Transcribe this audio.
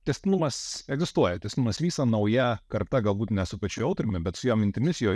tęstinumas egzistuoja tęstinumas vyksta nauja karta galbūt ne su pačiu autoriumi bet su jo mintimis jo